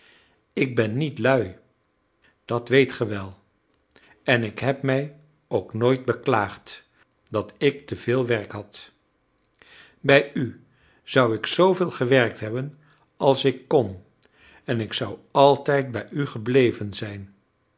ik ben niet lui dat weet ge wel en ik heb mij ook nooit beklaagd dat ik te veel werk had bij u zou ik zooveel gewerkt hebben als ik kon en ik zou altijd bij u gebleven zijn